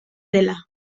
dela